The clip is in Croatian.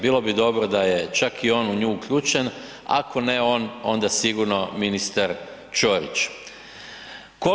Bilo bi dobro da je čak i on u nju uključen ako ne on onda sigurno ministar Ćorić.